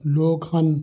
ਲੋਕ ਹਨ